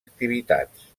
activitats